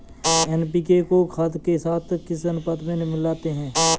NPK को खाद के साथ किस अनुपात में मिलाते हैं?